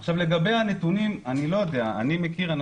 אני מכיר מקרים,